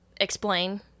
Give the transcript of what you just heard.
explain